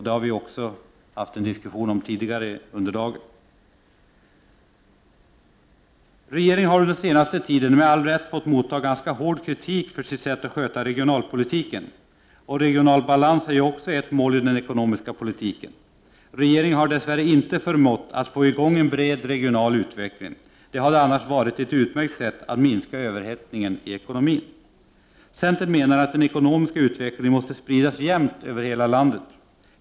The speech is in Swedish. Det har vi också haft en diskussion om tidigare under dagen. Regeringen har den senaste tiden, med all rätt, fått motta hård kritik för sitt sätt att sköta regionalpolitiken. Regional balans är ju också ett mål i den ekonomiska politiken. Regeringen har dess värre inte förmått att få i gång en bred regional utveckling. Det hade annars varit ett utmärkt sätt att minska överhettningen i ekonomin. Centern menar att den ekonomiska utvecklingen måste spridas jämnt över landet.